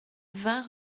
vingt